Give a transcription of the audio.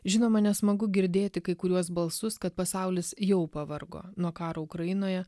žinoma nesmagu girdėti kai kuriuos balsus kad pasaulis jau pavargo nuo karo ukrainoje